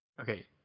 Okay